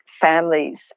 families